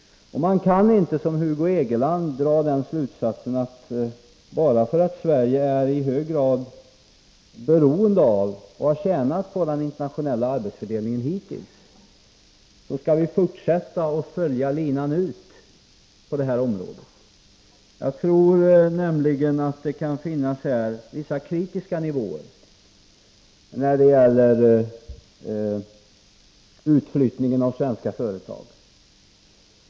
Man kan inte, som Hugo Hegeland gör, dra den slutsatsen att bara för att Sverige är i hög grad beroende av och hittills har tjänat på den internationella arbetsfördelningen skall vi löpa linan ut på det här området. Jag tror nämligen att det kan finnas vissa kritiska nivåer när det gäller utflyttningen av svenska företag.